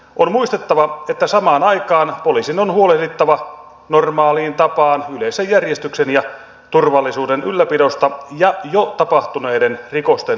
on muistettava että samaan aikaan poliisin on huolehdittava normaaliin tapaan yleisen järjestyksen ja turvallisuuden ylläpidosta ja jo tapahtuneiden rikosten esitutkinnasta